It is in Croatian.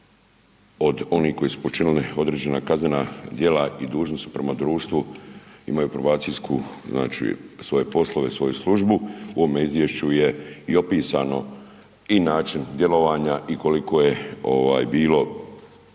od onih koji su počinili određena kaznena djela i dužni su prema društvu, imaju probacijsku, znači svoje poslove i svoju službu, u ovome izvješću je i opisano i način djelovanja i koliko je bilo